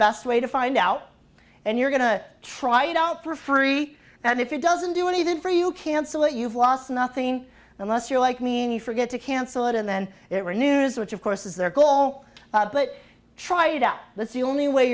best way to find out and you're going to try it out for free and if it doesn't do anything for you cancel it you've lost nothing unless you like mean you forget to cancel it and then it renews which of course is their goal but try it out that's the only way